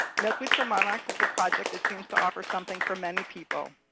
milkweeds for monarchs is a project that seems to offer something for many people.